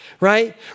right